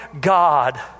God